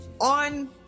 on